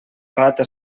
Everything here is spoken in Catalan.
rata